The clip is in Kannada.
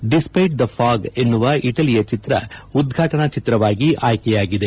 ಡಿಸ್ಟ್ರೆಟ್ ದ ಫಾಗ್ ಎನ್ನುವ ಇಟಲಿಯ ಚಿತ್ರ ಉದ್ವಾಟನಾ ಚಿತ್ರವಾಗಿ ಆಯ್ಕೆಯಾಗಿದೆ